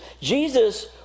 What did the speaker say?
Jesus